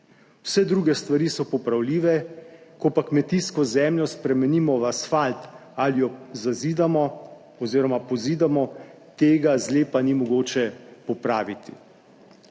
Vse druge stvari so popravljive, ko pa kmetijsko zemljo spremenimo v asfalt ali jo zazidamo oziroma pozidamo, tega zlepa ni mogoče popraviti.